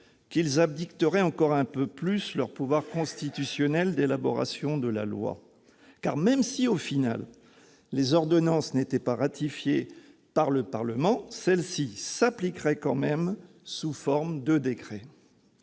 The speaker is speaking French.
qu'ils abdiqueraient encore un peu plus leur pouvoir constitutionnel d'élaboration de la loi. En effet, même si, au final, les ordonnances n'étaient pas ratifiées par le Parlement, celles-ci s'appliqueraient quand même sous forme de décrets.